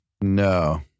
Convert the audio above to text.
No